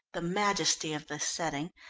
the majesty of the setting,